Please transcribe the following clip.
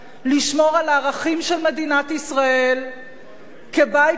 לשמור על הערכים של מדינת ישראל כבית לאומי